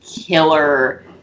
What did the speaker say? killer